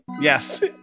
Yes